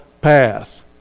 path